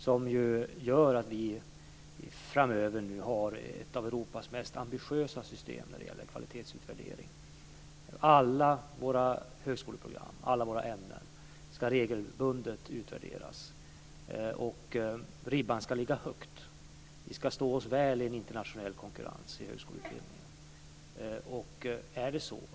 Det innebär att vi nu framöver har ett av Europas mest ambitiösa system när det gäller kvalitetsutvärdering. Alla våra högskoleprogram, alla våra ämnen, ska regelbundet utvärderas, och ribban ska ligga högt. Vi ska stå oss väl i en internationell konkurrens i högskoleutbildningen.